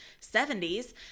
70s